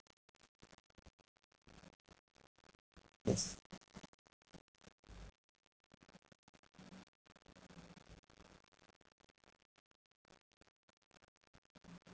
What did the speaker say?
yes